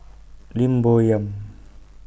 Lim Bo Yam